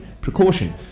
precaution